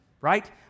Right